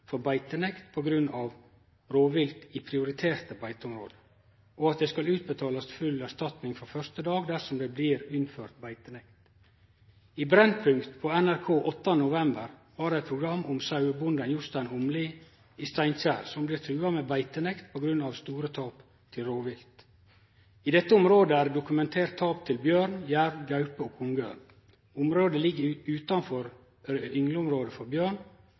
for beitenekt på grunn av rovvilt i prioriterte beiteområde, og at det skal utbetalast full erstatning frå første dag dersom det blir innført beitenekt. I Brennpunkt på NRK 8. november var det eit program om sauebonden Jostein Omli i Steinkjer, som blir trua med beitenekt på grunn av store tap til rovvilt. I dette området er det dokumentert tap til bjørn, jerv, gaupe og kongeørn. Området ligg utanfor yngleområdet for bjørn,